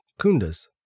Kundas